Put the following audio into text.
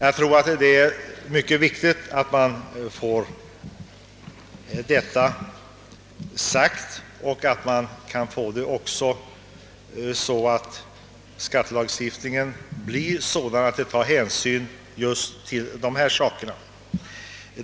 Jag tror att det är mycket viktigt att skattelagstiftningen tar hänsyn till dessa förhållanden.